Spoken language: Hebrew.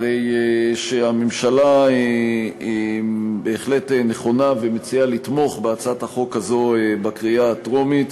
הרי שהממשלה בהחלט נכונה ומציעה לתמוך בהצעת החוק הזאת בקריאה טרומית,